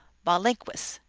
mahlinskwess,